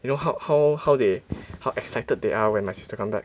you know how how how they how excited they are when my sister come back